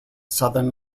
southern